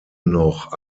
noch